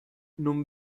non